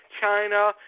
China